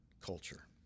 culture